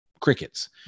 crickets